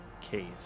cave